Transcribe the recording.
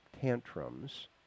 tantrums